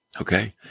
Okay